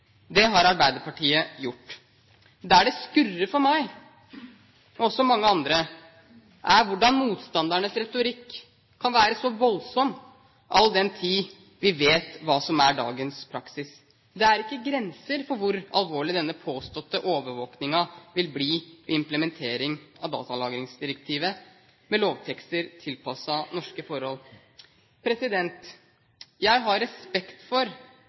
Det har Arbeiderpartiet gjort. Der det skurrer for meg og mange andre, er hvordan motstandernes retorikk kan være så voldsom, all den tid vi vet hva som er dagens praksis. Det er ikke grenser for hvor alvorlig denne påståtte overvåkningen vil bli ved implementering av datalagringsdirektivet, med lovtekster tilpasset norske forhold. Jeg har respekt for